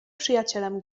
przyjacielem